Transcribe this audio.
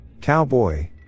Cowboy